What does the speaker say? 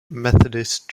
methodist